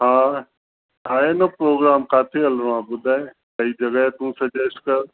हा ठाहे न प्रोग्राम किथे हलिणो आहे ॿुधाए काइ जॻहि तूं सजैस्ट कर